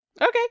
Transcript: Okay